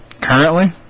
Currently